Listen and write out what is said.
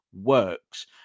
works